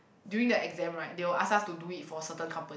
during the exam right they will ask us to do it for certain company